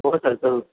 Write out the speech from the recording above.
हो चालेल